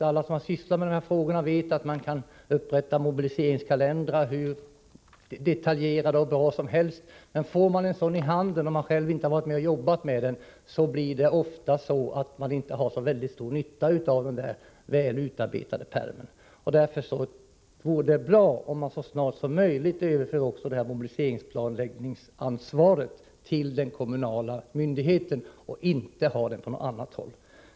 Alla som sysslar med dessa frågor vet att om man får en mobiliseringskalender i sin hand — den må vara aldrig så bra och detaljerad — har man ofta ändå inte så stor nytta av denna väl uppgjorda plan om man inte varit med om att utarbeta den. Därför vore det bra om man så snart som möjligt överförde också mobiliseringsplanläggningsansvaret till den kommunala myndigheten och inte låter det ligga kvar på något annat håll.